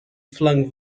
flung